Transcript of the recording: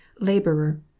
laborer